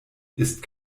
ist